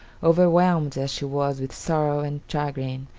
overwhelmed as she was with sorrow and chagrin,